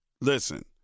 listen